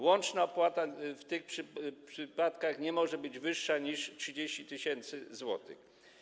Łączna opłata w tych przypadkach nie może być wyższa niż 30 tys. zł.